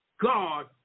God